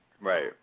Right